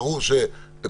בואו קודם כל